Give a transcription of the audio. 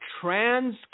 trans